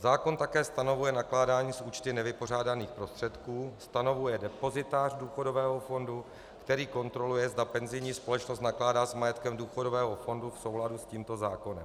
Zákon také stanovuje nakládání s účty nevypořádaných prostředků, stanovuje depozitář důchodového fondu, který kontroluje, zda penzijní společnost nakládá s majetkem důchodového fondu v souladu s tímto zákonem.